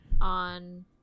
on